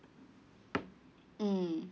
mm